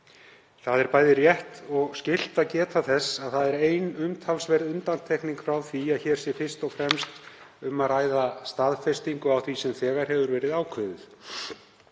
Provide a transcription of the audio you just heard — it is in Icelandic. Það er bæði rétt og skylt að geta þess að það er ein umtalsverð undantekning frá því að hér sé fyrst og fremst um að ræða staðfestingu á því sem þegar hefur verið ákveðið